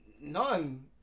None